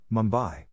Mumbai